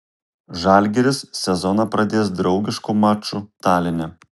žalgiris sezoną pradės draugišku maču taline